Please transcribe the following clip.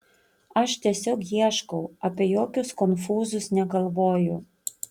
aš tiesiog ieškau apie jokius konfūzus negalvoju